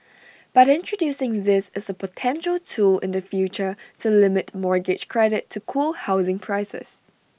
but introducing this is A potential tool in the future to limit mortgage credit to cool housing prices